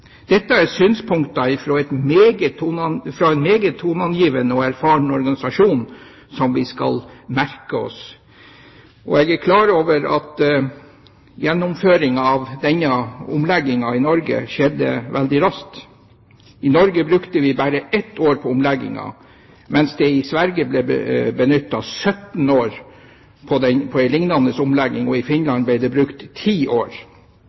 Dette er synspunkter fra en meget toneangivende og erfaren organisasjon som vi skal merke oss. Jeg er klar over at gjennomføringen av denne omleggingen i Norge skjedde veldig raskt. I Norge brukte vi bare ett år på omleggingen, mens det i Sverige ble benyttet 17 år på en lignende omlegging. Og i Finland ble det brukt ti år.